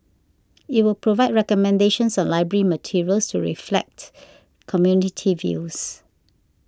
it will provide recommendations on library materials to reflect community views